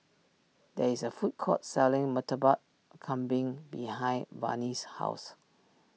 there is a food court selling Murtabak Kambing behind Vannie's house